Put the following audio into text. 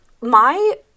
My-